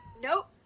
Nope